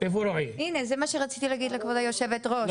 זה מה שרציתי להגיד לכבוד היושבת-ראש.